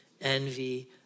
envy